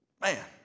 Man